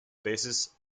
basis